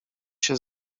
się